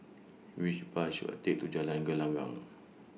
Which Bus should I Take to Jalan Gelenggang